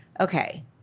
Okay